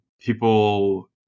people